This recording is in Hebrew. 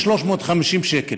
והעלות היא 350 שקל.